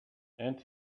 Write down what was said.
and